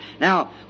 Now